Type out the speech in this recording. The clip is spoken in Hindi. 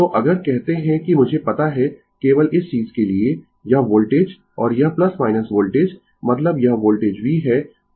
तो अगर कहते है कि मुझे पता है केवल इस चीज के लिए यह वोल्टेज और यह वोल्टेज मतलब यह वोल्टेज v है